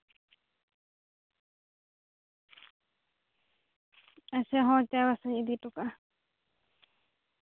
ᱟᱪᱪᱷᱟ ᱦᱳᱭ ᱪᱟᱭᱵᱟᱥᱟᱧ ᱤᱫᱤ ᱦᱚᱴᱚ ᱠᱟᱜᱼᱟ